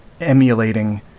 emulating